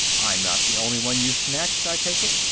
i'm not the only one you snatched, i take it?